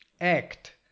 act